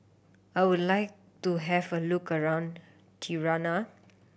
I would like to have a look around Tirana